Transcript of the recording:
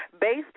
based